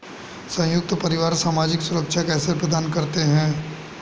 संयुक्त परिवार सामाजिक सुरक्षा कैसे प्रदान करते हैं?